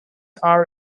our